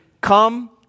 Come